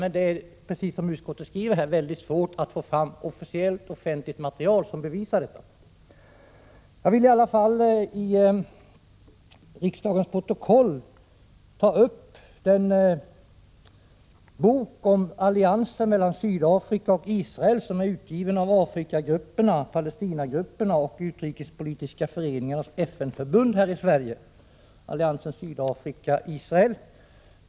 Men det är, precis som utskottet skriver, väldigt svårt att få fram officiellt offentligt material som påvisar detta. Jag vill i alla fall i riksdagens protokoll läsa in några avsnitt ur en bok om alliansen mellan Sydafrika och Israel. Boken är utgiven av Afrikagrupperna, Palestinagrupperna i Sverige och Utrikespolitiska Föreningarnas FN-förbund och heter ”Alliansen Sydafrika-Israel”.